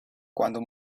cuando